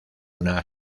una